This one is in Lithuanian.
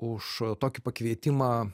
už tokį pakvietimą